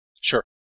Sure